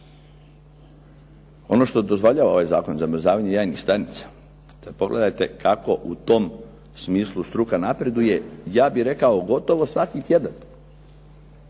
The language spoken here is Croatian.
Ono što dozvoljava ovaj zakon je zamrzavanje jajnih stanica. Sad pogledajte kako u tom smislu struka napreduje, ja bih rekao gotovo svaki tjedan.